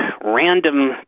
random